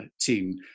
team